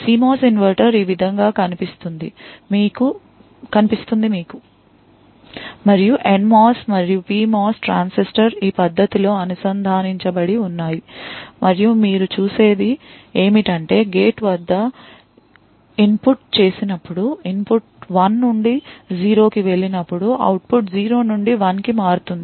CMOS inverter ఈ విధంగా కనిపిస్తుంది మీకు మరియు NMOS మరియు PMOS ట్రాన్సిస్టర్ ఈ పద్ధతిలో అనుసంధానించబడి ఉన్నాయి మరియు మీరు చూసేది ఏమిటంటే గేట్ వద్ద ఇన్ పుట్ చేసినప్పుడు ఇన్పుట్ 1 నుండి 0 కి వెళ్ళినప్పుడు అవుట్పుట్ 0 నుండి 1 కి మారుతుంది